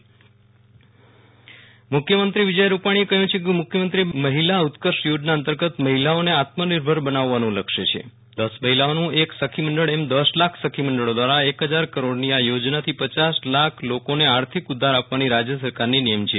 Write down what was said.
વિરલ રાણા મુ ખ્યમંત્રી મહિલા ઉત્કર્ષ યોજના મુખ્યમંત્રી વિજય રૂપાણીએ કહ્યુ છે કે મુખ્યમંત્રી મહિલા ઉત્કર્ષ યોજના અંતર્ગત મહિલાઓને આત્મનિર્ભર બનાવવાનું લક્ષ્ય છે દશ મહિલાઓનું એક સખી મંડળ એમ દશ લાખ સખી મંડળો દ્રારા એક હજાર કરોડની આ યોજનાથી પયાસ લાખ લોકોને આર્થિક ઉધાર આપવાની રાજ્ય સરકારની નેમ છે